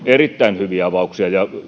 erittäin hyviä avauksia ja